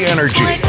Energy